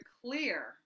clear